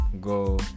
go